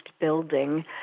building